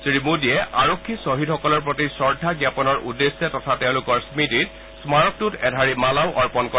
শ্ৰীমোদীয়ে আৰক্ষী ছহিদসকলৰ প্ৰতি শ্ৰদ্ধা জ্ঞাপনৰ উদ্দেশ্যে তথা তেওঁলোকৰ স্মৃতিত স্মাৰকটোত এধাৰি মালাও অৰ্পণ কৰে